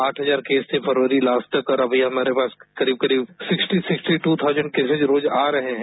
आठ हजार केस थे फरवरी लास्ट तक और अभी हमारे पास करीब करीब sixty sixty two thousand cases रोज आ रहे हैं